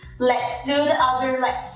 let's do the other leg,